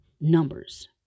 numbers